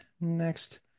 next